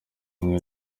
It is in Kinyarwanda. umwe